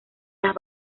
las